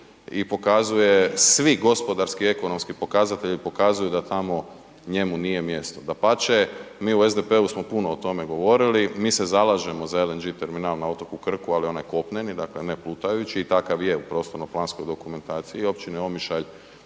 i pokazuje, svi gospodarski i ekonomski pokazatelji pokazuju da tamo njemu nije mjesto, dapače mi u SDP-u smo puno o tome govorili, mi se zalažemo za LNG terminal na otoku Krku, ali onaj kopneni, dakle ne plutajući i takav je u prostorno planskoj dokumentaciji općine Omišalj